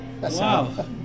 Wow